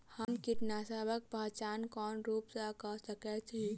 हम कीटसबक पहचान कोन रूप सँ क सके छी?